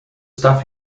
stuff